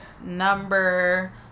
number